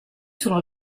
sono